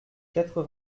quatre